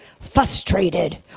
Frustrated